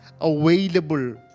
available